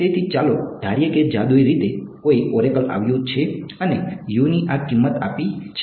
તેથી ચાલો ધારીએ કે જાદુઈ રીતે કોઈ ઓરેકલ આવ્યું છે અને ની આ કિંમત આપી છે